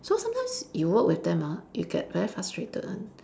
so sometimes you work with them ah you get very frustrated [one]